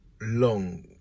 long